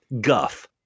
guff